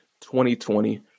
2020